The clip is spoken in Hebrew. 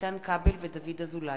איתן כבל ודוד אזולאי.